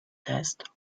test